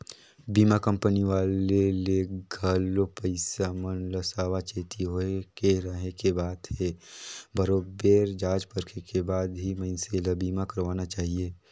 बीमा कंपनी वाले ले घलो मइनसे मन ल सावाचेती होय के रहें के बात हे बरोबेर जॉच परखे के बाद ही मइनसे ल बीमा करवाना चाहिये